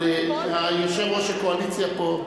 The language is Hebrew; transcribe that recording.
אבל יושב-ראש הקואליציה פה,